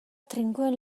trinkoen